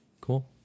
cool